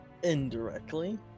Indirectly